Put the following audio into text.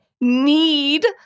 need